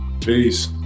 Peace